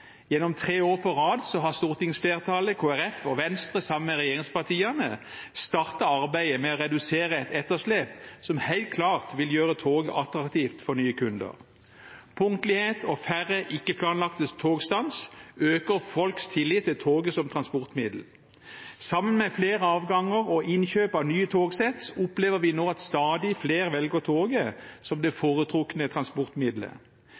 Gjennom tre år på rad har stortingsflertallet, Kristelig Folkeparti og Venstre sammen med regjeringspartiene, startet arbeidet med å redusere et etterslep, som helt klart vil gjøre toget attraktivt for nye kunder. Punktlighet og færre ikke-planlagte togstanser øker folks tillit til toget som transportmiddel. Sammen med flere avganger og innkjøp av nye togsett opplever vi nå at stadig flere velger toget som det